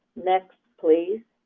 next please.